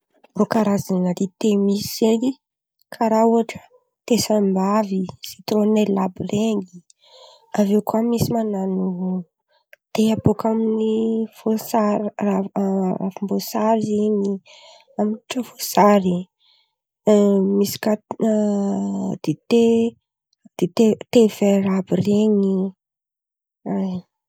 Rô karazan̈a dite misy zen̈y karà ôhatra: dite, tambavy sitrônely àby iren̈y, aviô kà misy man̈ano dite bôka amin'ny voasary ravim-boasary zen̈y amin'ny tsaho voasary misy karazan̈a dite te vera àby iren̈y.